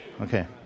Okay